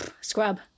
Scrub